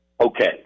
Okay